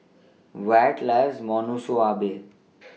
Wyatt loves Monsunabe